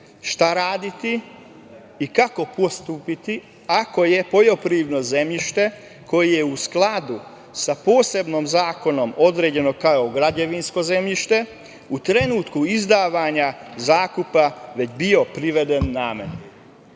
šta raditi i kako postupiti ako je poljoprivredno zemljište, koje je u skladu sa posebnim zakonom određeno kao građevinsko zemljište, u trenutku izdavanja zakupa već bio priveden